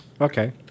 Okay